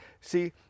See